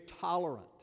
tolerant